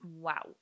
Wow